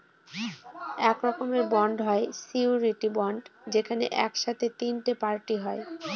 এক রকমের বন্ড হয় সিওরীটি বন্ড যেখানে এক সাথে তিনটে পার্টি হয়